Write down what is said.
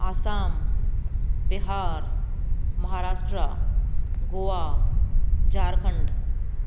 Assam Bihar Maharashtra Goa Jharkhand